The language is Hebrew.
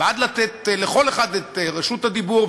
בעד לתת לכל אחד את רשות הדיבור,